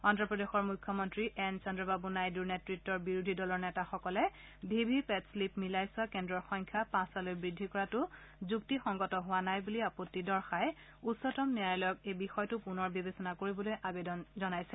অদ্ৰপ্ৰদেশৰ মুখ্যমন্ত্ৰী এন চন্দ্ৰবাবৃ নাইডূৰ নেত্ৰত্বৰ বিৰোধী দলৰ নেতাসকলে ভি ভি পেট শ্লিপ মিলাই চোৱা কেন্দ্ৰৰ সংখ্যা পাঁচটালৈ বৃদ্ধি কৰাটো যুক্তিসংগত হোৱা নাই বুলি আপত্তি দৰ্শহি উচ্চতম ন্যায়ালয়ক এই বিষয়টো পুনৰ বিবেচনা কৰিবলৈ আবেদন জনাইছে